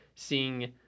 seeing